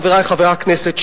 חברי חברי הכנסת,